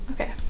Okay